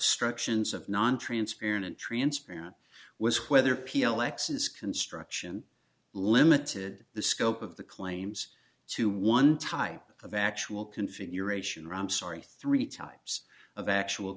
struction nontransparent transparent was whether p l x is construction limited the scope of the claims to one type of actual configuration rom sorry three types of actual